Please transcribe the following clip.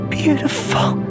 beautiful